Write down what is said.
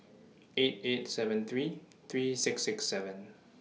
eight eight seven three three six six seven